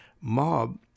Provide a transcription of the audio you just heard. mob